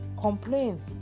complain